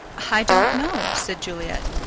i don't know, said juliet.